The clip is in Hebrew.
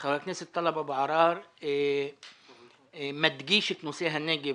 חבר הכנסת טלב אבו עראר מדגיש את נושא הנגב,